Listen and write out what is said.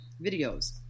videos